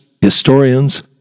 historians